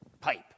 pipe